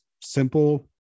simple